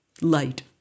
Light